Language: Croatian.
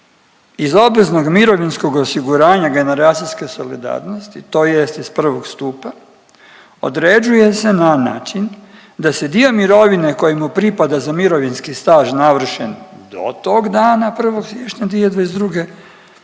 iz obveznog mirovinskog osiguranja generacijske solidarnosti tj. iz I. stupa određuje se na način da se dio mirovine koji mu pripada za mirovinski staž navršen do tog dana 1. siječnja 2022. određuje